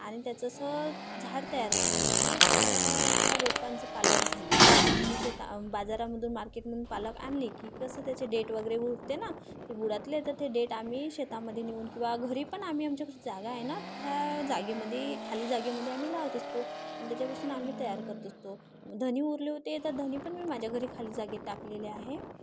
आणि त्याचं असं झाड तयार करत असतो तर त्या रोपांचं पालक झाली आम्ही शेता बाजारामधून मार्केटमधून पालक आणली की कसं त्याचे देठ वगैरे उरते ना ते बुडातले तर ते देठ आम्ही शेतामध्ये नेऊन किंवा घरी पण आम्ही आमच्याकडे जागा आहे ना त्या जागेमध्ये खाली जागेमध्ये आम्ही लावत असतो आणि त्याच्यापासून आम्ही तयार करत असतो धणे उरले होते तर धणे पण मी माझ्या घरी खाली जागेत टाकलेले आहे